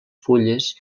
fulles